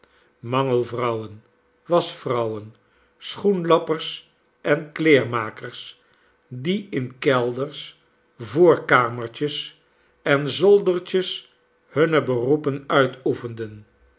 mangelvrouwen waschvrouwen schoenlappers en kleermakers die in kelders voorkamertjes en zoldertjes hunne beroepen uitoefenden